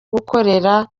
gukorera